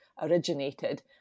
originated